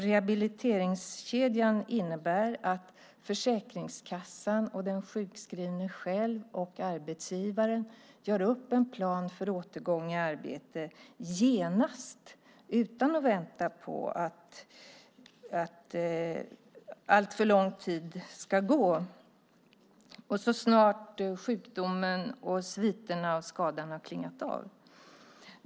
Rehabiliteringskedjan innebär att Försäkringskassan, den sjukskrivne och arbetsgivaren genast gör upp en plan för återgång i arbete, utan att vänta på att alltför lång tid ska hinna gå, alltså så snart sjukdomen eller sviterna av skadan klingat av.